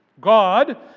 God